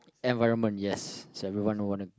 environment yes so everyone will wanna